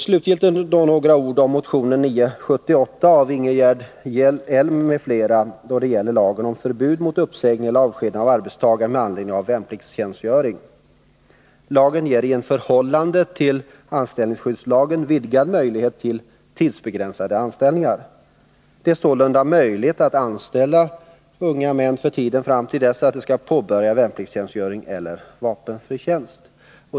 Slutligen några ord om motion 978 av Ingegerd Elm m.fl. om förbud mot uppsägning eller avskedande av arbetstagare med anledning av värnpliktstjänstgöring m.m. Lagen ger en i förhållande till anställningsskyddslagen vidgad möjlighet till tidsbegränsade anställningar. Det är sålunda möjligt att anställa unga män för tiden fram till dess att de skall påbörja värnpliktstjänstgöring eller vapenfri tjänst.